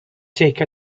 take